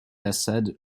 assad